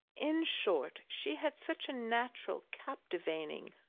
in short, she had such a natural, captivating,